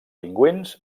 pingüins